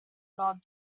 nod